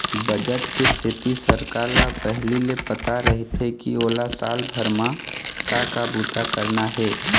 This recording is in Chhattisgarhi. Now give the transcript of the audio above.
बजट के सेती सरकार ल पहिली ले पता रहिथे के ओला साल भर म का का बूता करना हे